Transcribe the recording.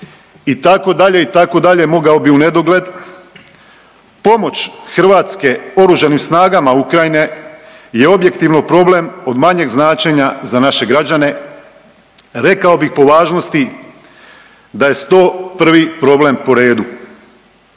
u Sisku itd., itd., mogao bih u nedogled. Pomoć Hrvatske oružanim snagama Ukrajine je objektivno problem od manjeg značenja za naše građane. Rekao bih po važnosti da je 101 problem po redu.